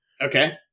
Okay